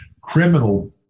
criminal